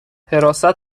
حراست